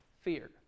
fear